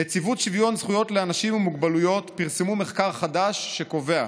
נציבות שוויון זכויות לאנשים עם מוגבלויות פרסמו מחקר חדש שקובע: